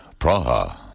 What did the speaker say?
Praha